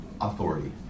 authority